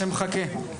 אגף נוער.